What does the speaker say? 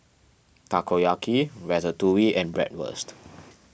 Takoyaki Ratatouille and Bratwurst